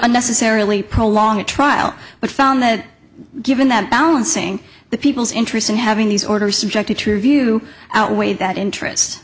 unnecessarily prolong a trial but found that given that balancing the people's interest in having these orders subjected to review outweigh that interest